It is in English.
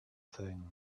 thing